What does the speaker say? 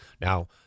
Now